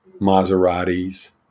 Maseratis